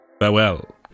farewell